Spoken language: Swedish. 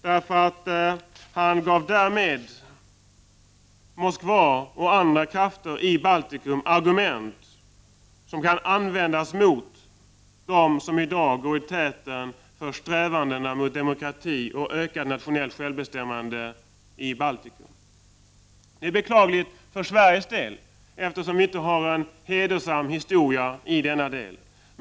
I och med detta gav han Moskva och andra krafter i Baltikum argument som kan användas mot dem som i dag går i täten för strävandena för demokrati och ökat nationellt självbestämmande. Det är beklagligt även för Sveriges del, eftersom vi inte har en hedersam historia i denna del.